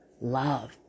love